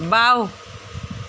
বাওঁ